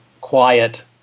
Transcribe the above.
quiet